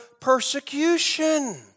persecution